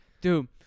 Dude